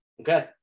Okay